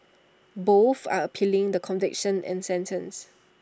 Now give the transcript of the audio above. both are appealing the conviction and sentence